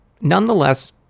Nonetheless